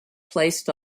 placed